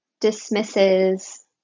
dismisses